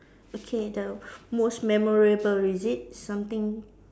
okay the most memorable is it something